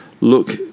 look